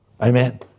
Amen